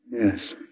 yes